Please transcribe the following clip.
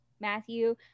Matthew